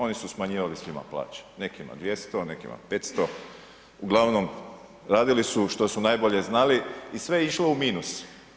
Oni su smanjivali svima plaće, nekima 200, nekima 500, uglavnom radili su što su najbolje znali i sve je išlo u minus.